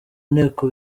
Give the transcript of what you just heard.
nteko